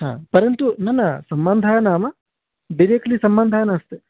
हा परन्तु न न सम्बन्धः नाम डिरेक्ट्लि सम्बन्धः नास्ति